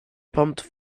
pumped